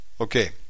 Okay